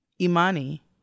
imani